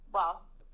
whilst